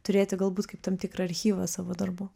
turėti galbūt kaip tam tikrą archyvą savo darbų